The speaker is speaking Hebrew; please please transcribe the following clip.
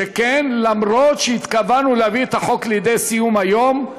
שכן אף שהתכוונו להביא את החוק לידי סיום היום,